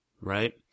right